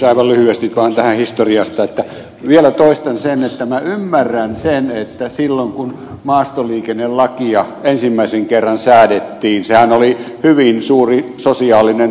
aivan lyhyesti vaan tästä historiasta vielä toistan että minä ymmärrän sen että silloin kun maastoliikennelakia ensimmäisen kerran säädettiin sehän oli hyvin suuri sosiaalinen tapahtuma täällä